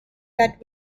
that